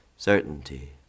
Certainty